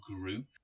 group